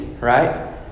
right